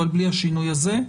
אבל בלי השינוי הזה.